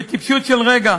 בטיפשות של רגע